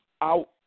out